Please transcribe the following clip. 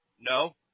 No